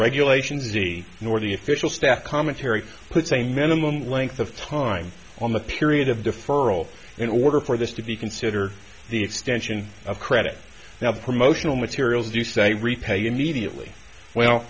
regulations e nor the official staff commentary puts a minimum length of time on the period of deferral in order for this to be considered the extension of credit now the promotional materials you say repay immediately well